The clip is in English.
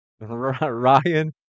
Ryan